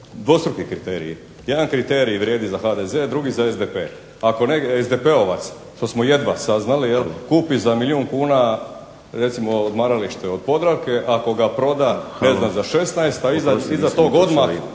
dvostruki kriteriji. Jedan kriterij vrijedi za HDZ drugi za SDP. Ako SDP-ovac što smo jedva saznali kupi za milijun kuna recimo odmaralište od Podravke, ako ga proda ne znam za 16, a iza toga odmah